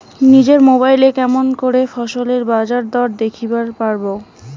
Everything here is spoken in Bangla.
নিজের মোবাইলে কেমন করে ফসলের বাজারদর দেখিবার পারবো?